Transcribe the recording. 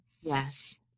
Yes